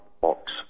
box